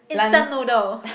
instant noodle